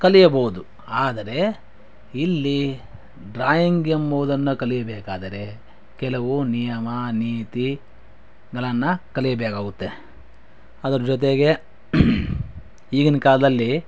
ಕಲಿಯಬಹುದು ಆದರೆ ಇಲ್ಲಿ ಡ್ರಾಯಿಂಗ್ ಎಂಬುವುದನ್ನು ಕಲಿಯಬೇಕಾದರೆ ಕೆಲವು ನಿಯಮ ನೀತಿಗಳನ್ನು ಕಲಿಯಬೇಕಾಗುತ್ತೆ ಅದರ ಜೊತೆಗೆ ಈಗಿನ ಕಾಲದಲ್ಲಿ